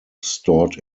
stored